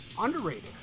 underrated